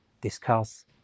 discuss